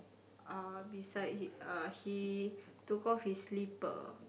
uh beside he uh he took off his slipper